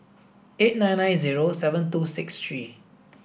eight nine nine zero seven two six three